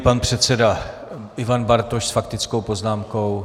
Pan předseda Ivan Bartoš s faktickou poznámkou.